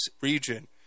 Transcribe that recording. region